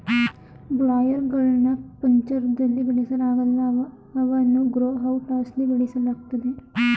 boiler ಗಳ್ನ ಪಂಜರ್ದಲ್ಲಿ ಬೆಳೆಸಲಾಗಲ್ಲ ಅವನ್ನು ಗ್ರೋ ಔಟ್ ಹೌಸ್ಲಿ ಬೆಳೆಸಲಾಗ್ತದೆ